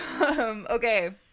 okay